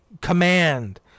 command